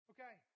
Okay